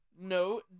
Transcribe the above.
no